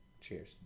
cheers